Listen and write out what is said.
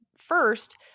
First